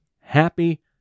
happy